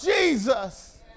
Jesus